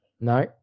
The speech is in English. No